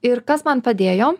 ir kas man padėjo